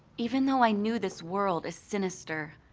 even though i knew this world is sinister,